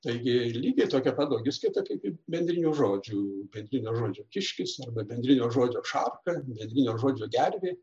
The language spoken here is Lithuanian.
taigi lygiai tokia pat daugiskaita kaip ir bendrinių žodžių bendrinio šodžio kiškis arba bendrinio žodžio šarka bendrinio žodžio gervė